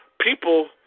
People